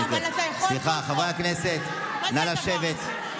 סליחה, חברי הכנסת, נא לשבת.